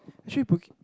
actually booking